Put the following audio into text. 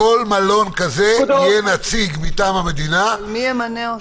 בכל מלון כזה יהיה נציג מטעם המדינה ש --- מי ימנה אותו?